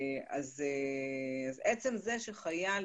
עצם זה שחייל,